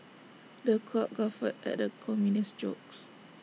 the crowd guffawed at the comedian's jokes